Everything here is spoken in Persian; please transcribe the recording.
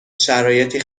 شرایطی